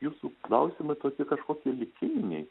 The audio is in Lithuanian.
jūsų klausimai toki kažkoki likiminiai